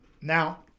Now